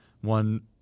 One